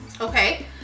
Okay